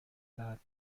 دهد